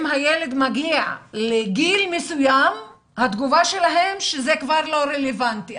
אם הילד מגיע לגיל מסוים התגובה שלהם היא שזה כבר לא רלוונטי.